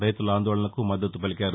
రైతుల ఆందోళనకు మద్దతు పలికారు